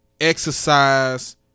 exercise